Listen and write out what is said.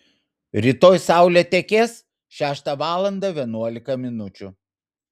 rytoj saulė tekės šeštą valandą vienuolika minučių